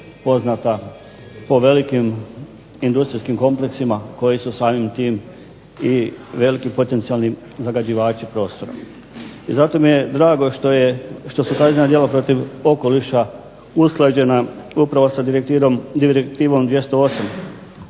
poznata po velikim industrijskim kompleksima koji su samim tim i veliki potencijalni zagađivači prostora. I zato mi je drago što su kaznena djela protiv okoliša usklađena upravo sa Direktivom 208/99